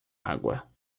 água